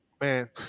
man